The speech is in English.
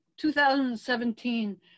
2017